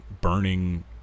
burning